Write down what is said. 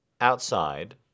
outside